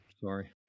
Sorry